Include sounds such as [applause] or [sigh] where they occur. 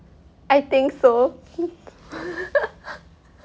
I think so [laughs]